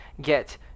get